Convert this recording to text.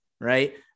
Right